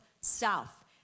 south